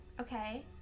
Okay